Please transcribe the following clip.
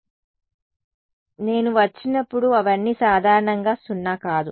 కాబట్టి నేను వచ్చినప్పుడు అవన్నీ సాధారణంగా సున్నా కాదు